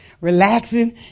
relaxing